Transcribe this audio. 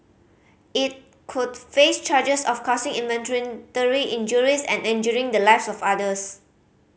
it could face charges of causing involuntary injuries and endangering the lives of others